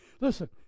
Listen